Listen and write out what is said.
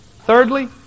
Thirdly